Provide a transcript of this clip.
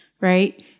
right